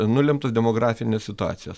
nulemtos demografinės situacijos